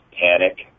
panic